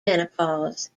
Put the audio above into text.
menopause